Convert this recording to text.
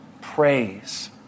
praise